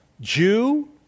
Jew